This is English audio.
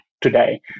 today